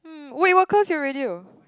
wait what close your radio